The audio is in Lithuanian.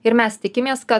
ir mes tikimės kad